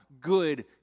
good